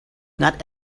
not